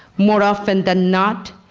more often than not,